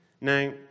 Now